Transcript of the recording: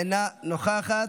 אינה נוכחת,